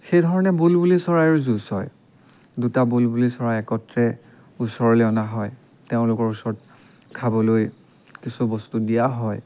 সেই ধৰণে বুলবুলি চৰাইয়ো যুঁজ হয় দুটা বুলবুলি চৰাই একত্ৰে ওচৰলৈ অনা হয় তেওঁলোকৰ ওচৰত খাবলৈ কিছু বস্তু দিয়া হয়